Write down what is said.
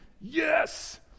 yes